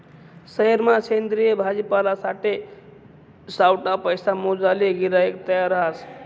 सयेरमा सेंद्रिय भाजीपालासाठे सावठा पैसा मोजाले गिराईक तयार रहास